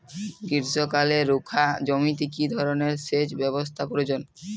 গ্রীষ্মকালে রুখা জমিতে কি ধরনের সেচ ব্যবস্থা প্রয়োজন?